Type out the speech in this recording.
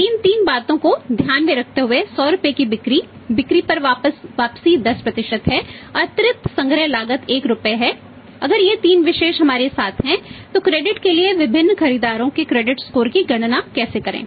अब इन तीन बातों को ध्यान में रखते हुए 100 रुपये की बिक्री बिक्री पर वापसी 10 है अतिरिक्त संग्रह लागत 1 रुपये है अगर ये तीन विशेष हमारे साथ हैं तो क्रेडिट की गणना कैसे करें